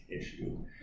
issue